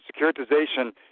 Securitization